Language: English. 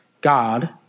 God